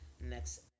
next